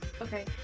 Okay